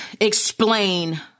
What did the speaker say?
explain